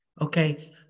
Okay